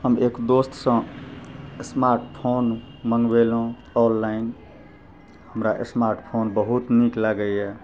हम एक दोस्तसँ स्मार्ट फोन मङ्गबेलहुँ ऑनलाइन हमरा स्मार्ट फोन बहुत नीक लागगइए